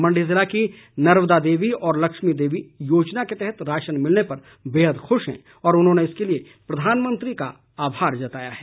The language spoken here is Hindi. मंडी ज़िले की नर्वदा देवी और लक्ष्मी देवी योजना के तहत राशन मिलने पर बेहद ख़ुश हैं और उन्होंने इसके लिए प्रधानमंत्री का आभार जताया है